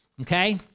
Okay